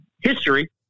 history